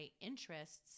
interests